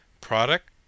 Product